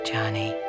Johnny